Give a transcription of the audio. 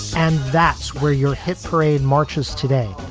and that's where your hit parade marches today.